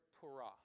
torah